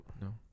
No